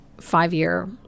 five-year